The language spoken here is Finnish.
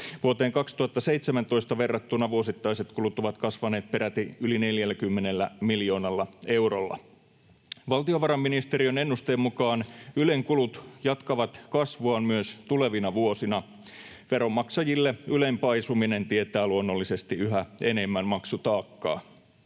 Vuoteen 2017 verrattuna vuosittaiset kulut ovat kasvaneet peräti yli 40 miljoonalla eurolla. Valtiovarainministeriön ennusteen mukaan Ylen kulut jatkavat kasvuaan myös tulevina vuosina. Veronmaksajille Ylen paisuminen tietää luonnollisesti yhä enemmän maksutaakkaa.